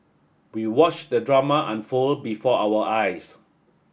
we watched the drama unfold before our eyes